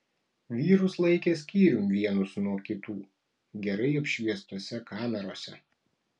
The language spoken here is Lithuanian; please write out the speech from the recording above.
vyrus laikė skyrium vienus nuo kitų gerai apšviestose kamerose